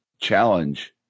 challenge